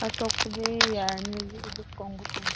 ꯑꯇꯣꯞꯄꯗꯤ ꯌꯥꯔꯅꯤ ꯍꯧꯖꯤꯛꯀꯤꯗꯤ ꯈꯣꯡꯎꯞ ꯑꯣꯏꯅ ꯄꯥꯝꯕ